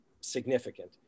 significant